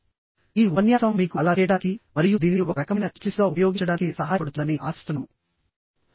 ఈ ఉపన్యాసం మీకు అలా చేయడానికి మరియు దీనిని ఒక రకమైన చెక్లిస్ట్గా ఉపయోగించడానికి సహాయపడుతుందని ఆశిస్తున్నాము